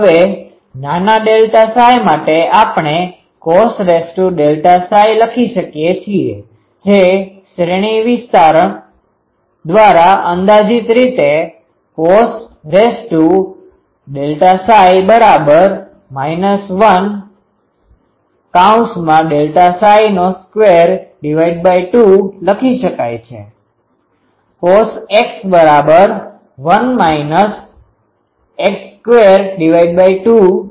હવે નાના ΔΨ માટે આપણે cos ΔΨ લખી શકીએ છીએ જે શ્રેણી વિસ્તરણ દ્વારા અંદાજીત રીતે cos ΔΨ1 ΔΨ22 લખી શકાય છે cosx1 x22 છે